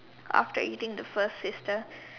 after eating the first sister